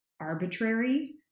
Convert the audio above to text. arbitrary